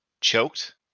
choked